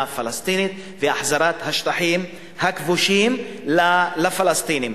פלסטינית והחזרת השטחים הכבושים לפלסטינים,